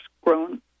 grown